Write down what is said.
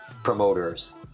promoters